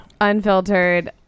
unfiltered